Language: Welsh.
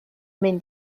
mynd